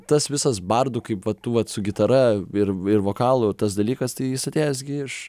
tas visas bardų kaip vat tų vat su gitara ir ir vokalu tas dalykas tai jis atėjęs gi iš